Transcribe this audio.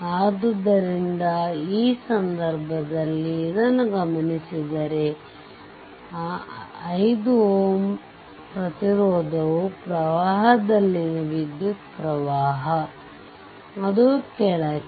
ಆದ್ದರಿಂದ ಈ ಸಂದರ್ಭದಲ್ಲಿ ಇದನ್ನು ಗಮನಿಸಿದರೆ ಆ 5 Ω ರಿಂದ 5 Ω ಪ್ರತಿರೋಧವು ಪ್ರವಾಹದಲ್ಲಿನ ವಿದ್ಯುತ್ ಪ್ರವಾಹ ಅದು ಕೆಳಕ್ಕೆ